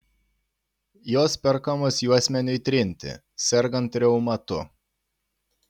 jos perkamos juosmeniui trinti sergant reumatu